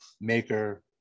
maker